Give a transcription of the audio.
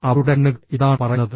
അവരുടെ കണ്ണുകൾ എന്താണ് പറയുന്നത്